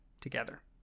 together